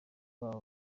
babo